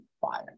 fire